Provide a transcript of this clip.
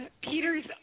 Peter's